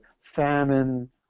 famine